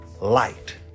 light